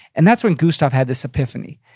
and that's when gustav had this epiphany.